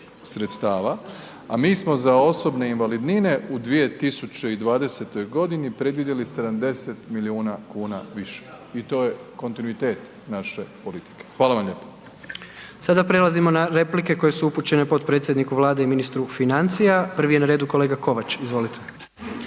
sredstava, a mi smo za osobne invalidnine u 2020.g. predvidjeli 70 milijuna kuna više i to je kontinuitet naše politike. Hvala vam lijepa. **Jandroković, Gordan (HDZ)** Sada prelazimo na replike koje su upućene potpredsjedniku Vlade i ministru financija, prvi je na redu kolega Kovač, izvolite.